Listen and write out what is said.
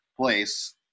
place